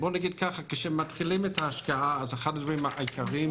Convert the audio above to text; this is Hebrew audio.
כשמתחילים את ההשקעה אחד הדברים העיקריים